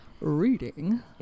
reading